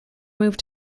moved